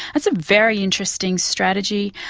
that's a very interesting strategy,